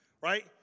right